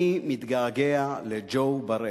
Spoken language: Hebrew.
אני מתגעגע לג'ו בראל.